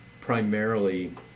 primarily